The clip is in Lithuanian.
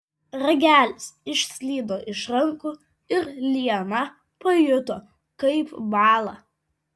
ragelis išslydo iš rankų ir liana pajuto kaip bąla